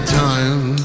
time